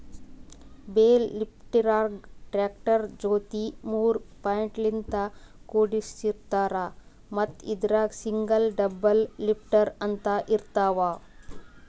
bale ಲಿಫ್ಟರ್ಗಾ tractor ಜೊತಿ ಮೂರ್ ಪಾಯಿಂಟ್ಲಿನ್ತ್ ಕುಡಸಿರ್ತಾರ್ ಮತ್ತ್ ಇದ್ರಾಗ್ ಸಿಂಗಲ್ ಡಬಲ್ ಲಿಫ್ಟರ್ ಅಂತ್ ಇರ್ತವ್